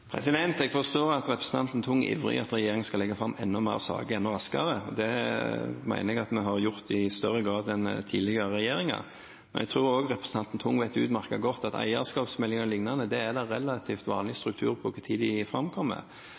Jeg forstår at representanten Tung er ivrig etter at regjeringen skal legge fram enda flere saker enda raskere. Det mener jeg at vi har gjort i større grad enn tidligere regjeringer. Men jeg tror også at representanten Tung vet utmerket godt at når det gjelder eierskapsmeldinger og liknende, er det relativt vanlig struktur på når de framkommer.